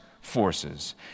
forces